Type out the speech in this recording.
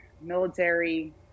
military